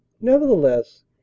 Nevertheless